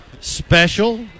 special